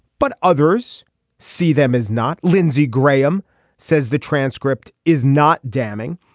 but others see them as not lindsey graham says the transcript is not damning.